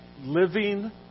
living